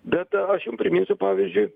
bet aš jums priminsiu pavyzdžiui